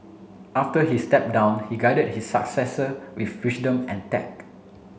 after he step down he guided his successor with and tact